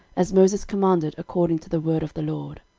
as moses commanded according to the word of the lord.